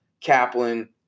Kaplan